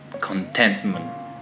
contentment